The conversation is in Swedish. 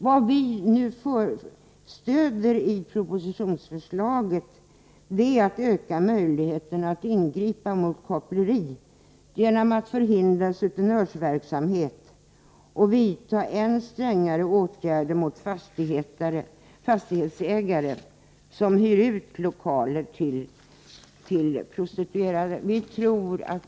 Vad som nu föreslås i propositionen och som utskottet tillstyrker är att öka möjligheterna att ingripa mot koppleri genom att förhindra sutenörsverksamhet och vidta än strängare åtgärder mot fastighetsägare som hyr ut lokaler till prostituerade.